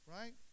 right